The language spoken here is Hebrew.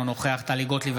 אינו נוכח טלי גוטליב,